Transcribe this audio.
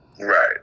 Right